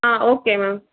ah okay ma'am